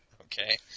Okay